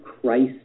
Christ